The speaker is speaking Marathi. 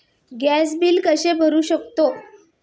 गॅस बिल कसे भरू शकतो?